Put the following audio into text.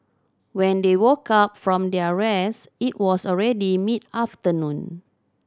when they woke up from their rest it was already mid afternoon